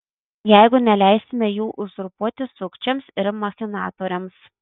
jeigu neleisime jų uzurpuoti sukčiams ir machinatoriams